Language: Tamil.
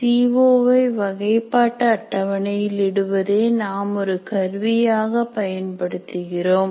சி ஓ வை வகைப்பாட்டு அட்டவணையில் இடுவதே நாம் ஒரு கருவியாக பயன்படுத்துகிறோம்